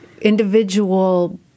Individual